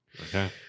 okay